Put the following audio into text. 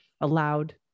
allowed